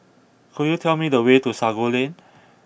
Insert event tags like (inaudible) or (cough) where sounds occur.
could you tell me the way to Sago Lane (noise)